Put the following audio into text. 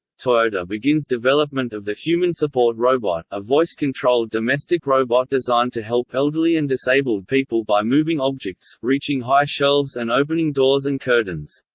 toyota begins development of the human support robot, a voice-controlled domestic robot designed to help elderly and disabled people by moving objects, reaching high shelves and opening doors and curtains.